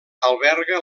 alberga